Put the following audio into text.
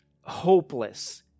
hopeless